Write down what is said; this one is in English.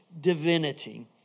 divinity